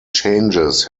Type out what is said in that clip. changes